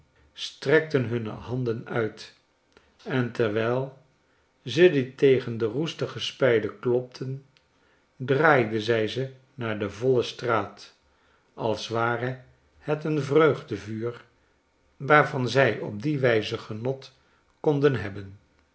strektenhunne handen uit en terwijl ze die tegen de roestige spijlen klopten draaide zij ze naar de voile straat als ware het een vreugdevuur waarvan zij op die wijze genot konden hebben